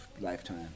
lifetime